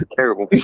Terrible